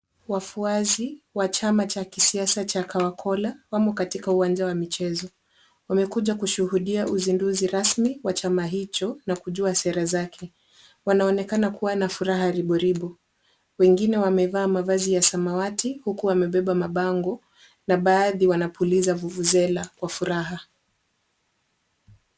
Wafuasi wa chama cha kisiasa cha Kawa Kola wamo katika uwanja wa michezo. Wamekuja kushuhudia uzinduzi rasmi wa chama hicho na kujua sera zake. Wanaonekana kuwa na furaha ribo ribo. Wengine wamevaa wavazi ya samawati huku wamebeba mabango na baadhi wanapuliza vuvuzela kwa furaha.